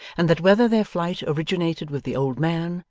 and that whether their flight originated with the old man,